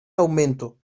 aumento